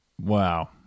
Wow